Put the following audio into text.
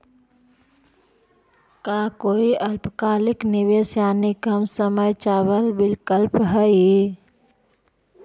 का कोई अल्पकालिक निवेश यानी कम समय चावल विकल्प हई?